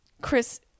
Chris